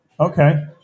Okay